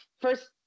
first